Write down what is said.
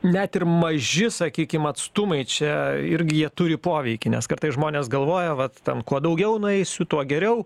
net ir maži sakykim atstumai čia irgi jie turi poveikį nes kartais žmonės galvoja vat ten kuo daugiau nueisiu tuo geriau